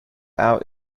out